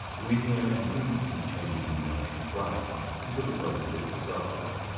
louisiana continued to see changes in the national flag until the present fifty star flag.